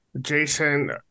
Jason